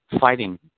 fighting